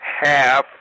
half